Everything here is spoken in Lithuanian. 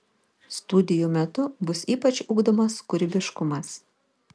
studijų metu bus ypač ugdomas kūrybiškumas